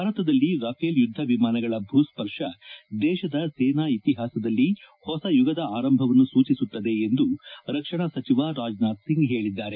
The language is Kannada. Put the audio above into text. ಭಾರತದಲ್ಲಿ ರಫೇಲ್ ಯುದ್ದ ವಿಮಾನಗಳ ಭೂಸ್ಪರ್ಶ ದೇಶದ ಸೇನಾ ಇತಿಹಾಸದಲ್ಲಿ ಹೊಸ ಯುಗದ ಆರಂಭವನ್ನು ಸೂಚಿಸುತ್ತದೆ ಎಂದು ರಕ್ಷಣಾ ಸಚಿವ ರಾಜನಾಥ್ ಸಿಂಗ್ ಹೇಳಿದ್ದಾರೆ